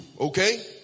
okay